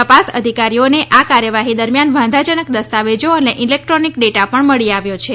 તપાસ અધિકારીઓને આ કાર્યવાહી દરમ્યાન વાંધા જનક દસ્તાવેજો અને ઇલેક્ટ્રોનિક ડેટા પણ મળી આવ્યો છે